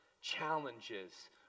challenges